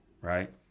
Right